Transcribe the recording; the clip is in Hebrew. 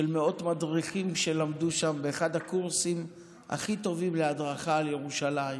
מאות מדריכים שלמדו שם באחד הקורסים הכי טובים להדרכה על ירושלים.